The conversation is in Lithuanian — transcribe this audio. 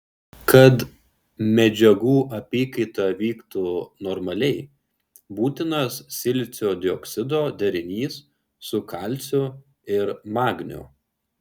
kad medžiagų apykaita vyktų normaliai būtinas silicio dioksido derinys su kalciu ir magniu